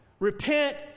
repent